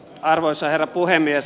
arvoisa herra puhemies